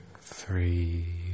three